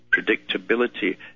predictability